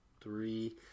three